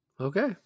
Okay